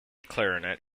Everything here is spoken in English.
clarinet